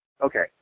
okay